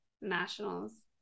Nationals